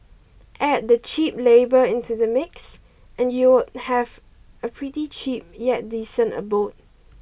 add the cheap labour into the mix and you'd have a pretty cheap yet decent abode